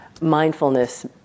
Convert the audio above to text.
mindfulness